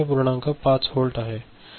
5 volt आहे